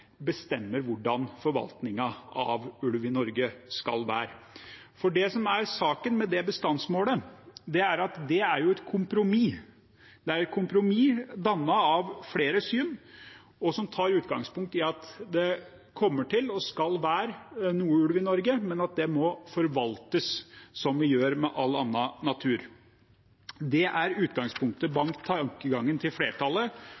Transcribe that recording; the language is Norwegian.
bestemmer hvordan forvaltningen av ulv i Norge skal være. Det som er saken med det bestandsmålet, er at det er et kompromiss. Det er et kompromiss dannet av flere syn og tar utgangspunkt i at det kommer til å være, og skal være, noe ulv i Norge, men den må forvaltes, som vi gjør med all annen natur. Det er utgangspunktet for tankegangen til flertallet,